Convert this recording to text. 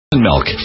milk